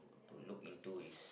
to look into is